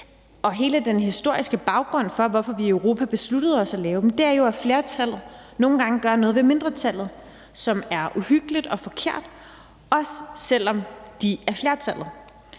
og hele den historiske baggrund for, hvorfor vi i Europa besluttede os for at lave dem, er jo, at flertallet nogle gange gør noget ved mindretallet, som er uhyggeligt og forkert, også selv om de er flertallet,